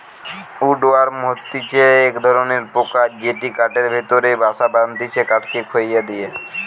would worm হতিছে এক ধরণের পোকা যেটি কাঠের ভেতরে বাসা বাঁধটিছে কাঠকে খইয়ে দিয়া